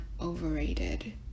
overrated